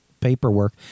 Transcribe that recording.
paperwork